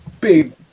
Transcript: big